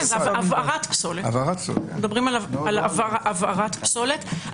מדברים על הבערת פסולת.